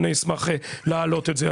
אני אשמח להעלות את זה.